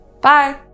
Bye